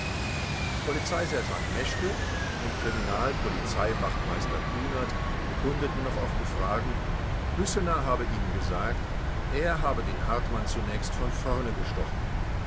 polizeisergeant meschke und kriminal polizeiwachtmeister kunert bekundeten noch auf befragen hüssener habe ihnen gesagt er habe den hartmann zunächst von vorne gestochen